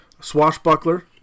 swashbuckler